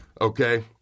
okay